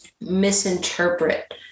misinterpret